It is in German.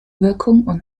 wirkung